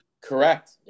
Correct